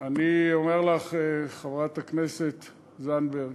אני אומר לך, חברת הכנסת זנדברג,